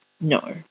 No